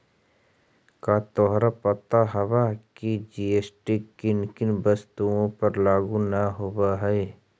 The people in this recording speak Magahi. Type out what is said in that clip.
का तोहरा पता हवअ की जी.एस.टी किन किन वस्तुओं पर लागू न होवअ हई